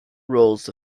rolls